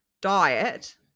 diet